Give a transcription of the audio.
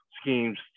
schemes